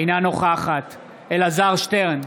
אינה נוכחת אלעזר שטרן,